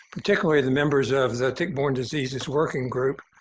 particularly the members of the tick-borne diseases working group,